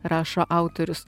rašo autorius